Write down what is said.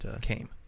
came